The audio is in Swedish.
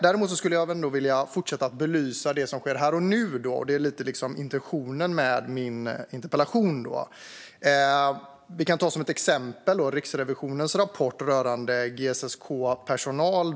Däremot skulle jag vilja fortsätta att belysa det som sker här och nu, och det är intentionen med min interpellation. Låt mig ta som ett exempel Riksrevisionens rapport om GSS-K:s personal.